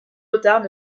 retard